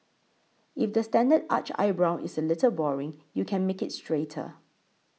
if the standard arched eyebrow is a little boring you can make it straighter